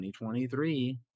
2023